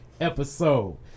episode